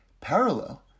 parallel